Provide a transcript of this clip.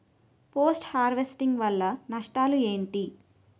Post harvesting వల్ల నష్టాలు ఏంటి?